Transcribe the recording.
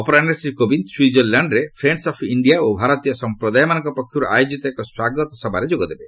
ଅପରାହ୍ନରେ ଶ୍ରୀ କୋବିନ୍ଦ ସ୍ୱିଜରଲାଣ୍ଡରେ Friends of India ଓ ଭାରତୀୟ ସମ୍ପ୍ରଦାୟମାନଙ୍କ ପକ୍ଷରୁ ଆୟୋଜିତ ଏକ ସ୍ୱାଗତ ସଭାରେ ଯୋଗଦେବେ